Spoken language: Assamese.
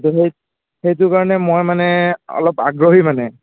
সেইটো কাৰণে মই মানে অলপ আগ্ৰহী মানে